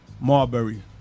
Marbury